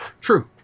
True